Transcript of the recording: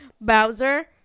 Bowser